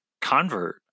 convert